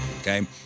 Okay